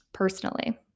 Personally